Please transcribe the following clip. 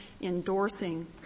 endorsing